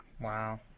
wow